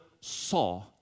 saw